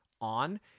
on